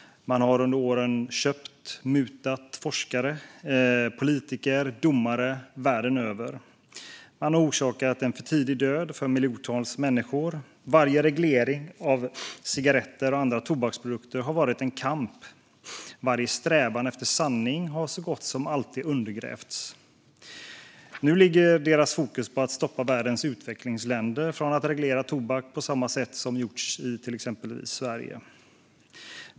Man har under åren köpt och mutat forskare, politiker och domare världen över. Man har orsakat en för tidig död för miljontals människor. Varje reglering av cigaretter och andra tobaksprodukter har varit en kamp. Varje strävan efter sanning har så gott som alltid undergrävts. Nu ligger tobaksindustrins fokus på att stoppa världens utvecklingsländer från att reglera tobak på samma sätt som har gjorts i exempelvis Sverige.